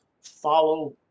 follow